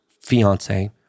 fiance